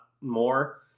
more